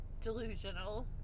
delusional